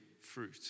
fruit